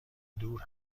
دور